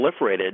proliferated